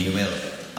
אני אומר,